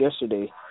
yesterday